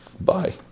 Bye